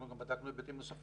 אנחנו גם בדקנו היבטים נוספים,